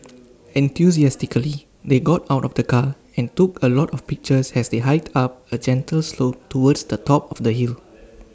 enthusiastically they got out of the car and took A lot of pictures as they hiked up A gentle slope towards the top of the hill